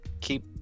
keep